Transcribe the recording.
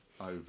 Over